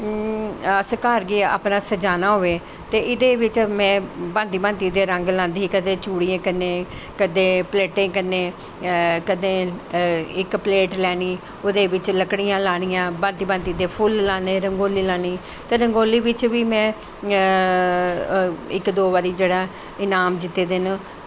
असैं घर गै अपना सजाना होऐ ते एह्दे बिच्च में भांति भांति दे रंग लांदी ही कदैं चूड़ियें कन्नै कदैं प्लेटें कन्नै कदैं इक प्लेट लैनी ओह्दे बिच्च लकड़ियां लानियां भांति भांति दे फुल्ल लाने रंगोली लानी ते रंगोली बिच्च बी में इक दो बारी जेह्ड़ा इनाम जीते दे न